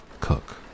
cook